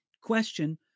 Question